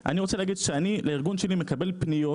אני רוצה להגיד שאני לארגון שלי מקבל פניות